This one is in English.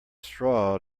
straw